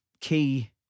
key